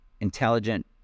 intelligent